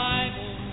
Bible